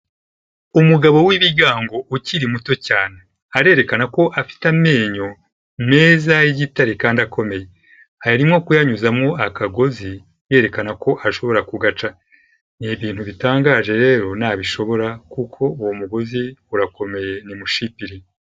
Umugabo w'ibigango ukiri muto cyane. Arerekana ko afite amenyo meza y'igitare kandi akomeye. Arimo kuyanyuzamo akagozi yerekana ko ashobora kugaca. ni ibintu bitangaje rero nabishobora kuko uwo mugozi urakomeye ni mushipiri.